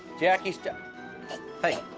jackie sto hey,